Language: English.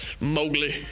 Mowgli